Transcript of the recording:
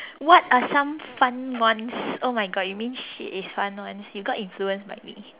what are some fun ones oh my God you mean shit is fun one you got influenced by me